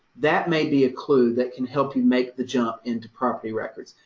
that may be a clue that can help you make the jump into property records.